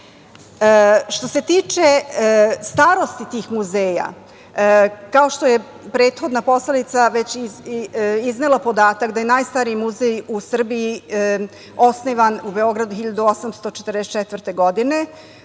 Što se tiče starosti tih muzeja, kao što je prethodna poslanica već iznela podatak, najstariji muzej u Srbiji osnovan u Beogradu 1844. godine,